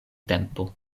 tempo